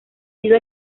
sido